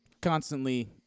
constantly